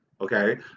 okay